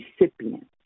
recipient